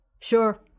sure